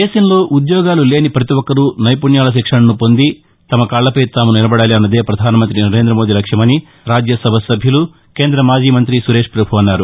దేశంలో ఉద్యోగాలు లేని పతి ఒక్కరూ నైపుణ్యాల శిక్షణను పొంది తమ కాళ్లపై తాము నిలబడాలన్నదే ప్రధానమంతి నరేంద్రమోదీ లక్ష్యమని రాజ్యసభ సభ్యులు కేంద్ర మాజీ మంతి సురేష్పభు అన్నారు